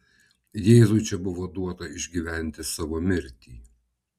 jėzui čia buvo duota išgyventi savo mirtį